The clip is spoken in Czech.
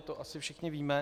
To asi všichni víme.